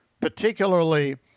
particularly